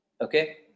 Okay